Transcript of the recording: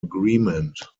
agreement